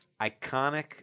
iconic